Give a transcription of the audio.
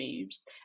moves